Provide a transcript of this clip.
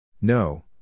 No